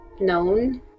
known